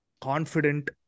confident